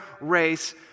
race